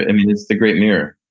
i mean it's the great mirror.